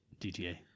DTA